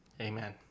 Amen